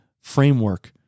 framework